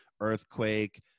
earthquake